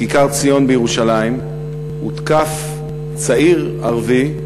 בכיכר-ציון בירושלים, הותקף צעיר ערבי,